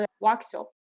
workshop